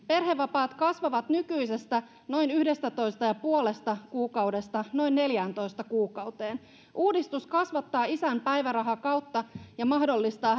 perhevapaat kasvavat nykyisestä noin yhdestätoista pilkku viidestä kuukaudesta noin neljääntoista kuukauteen uudistus kasvattaa isän päivärahakautta ja mahdollistaa